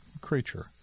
creature